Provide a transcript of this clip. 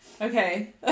Okay